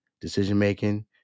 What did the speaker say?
decision-making